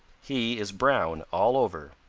he is brown all over.